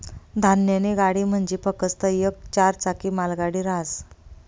धान्यनी गाडी म्हंजी फकस्त येक चार चाकी मालगाडी रहास